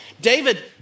David